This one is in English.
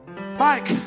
Mike